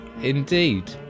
indeed